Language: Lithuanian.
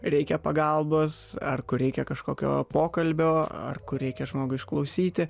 reikia pagalbos ar kur reikia kažkokio pokalbio ar kur reikia žmogų išklausyti